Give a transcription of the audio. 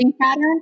pattern